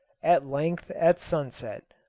at length at sunset,